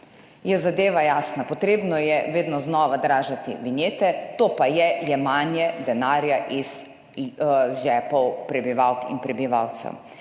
je zadeva jasna. Potrebno je vedno znova dražiti vinjete, to pa je jemanje denarja iz žepov prebivalk in prebivalcev,